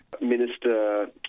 Minister